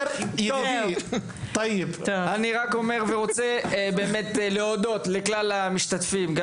אני רוצה להודות לכלל המשתתפים בדיון,